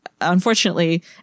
unfortunately